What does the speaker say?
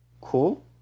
Cool